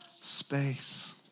space